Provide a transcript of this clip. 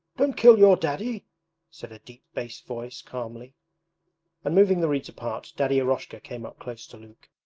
don't kill your daddy said a deep bass voice calmly and moving the reeds apart daddy eroshka came up close to luke.